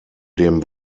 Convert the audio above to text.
dem